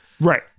Right